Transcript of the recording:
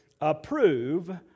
approve